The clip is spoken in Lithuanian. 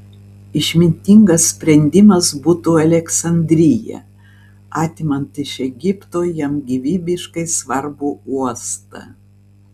išmintingas sprendimas būtų aleksandrija atimant iš egipto jam gyvybiškai svarbų uostą